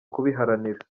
kubiharanira